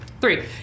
Three